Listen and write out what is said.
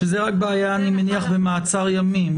זה היה אני מניח במעצר ימים,